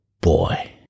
boy